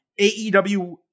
AEW